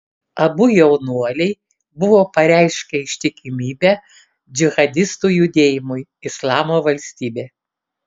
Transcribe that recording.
abu jaunuoliai buvo pareiškę ištikimybę džihadistų judėjimui islamo valstybė